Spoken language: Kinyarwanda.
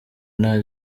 nta